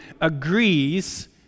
agrees